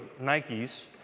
Nikes